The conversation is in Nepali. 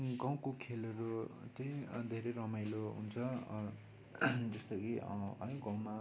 गाउँको खेलहरू त धेरै धेरै रमाइलो हुन्छ जस्तो कि हर गाउँमा